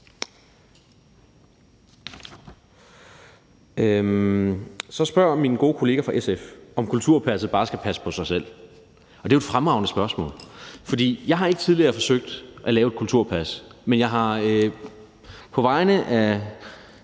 Så spørger min gode kollega fra SF, om kulturpasset bare skal passe på sig selv, og det er jo et fremragende spørgsmål. For jeg har ikke tidligere forsøgt at lave et kulturpas, men jeg har på vegne af